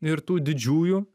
ir tų didžiųjų